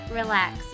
relax